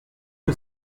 que